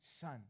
Son